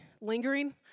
Lingering